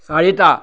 চাৰিটা